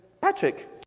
Patrick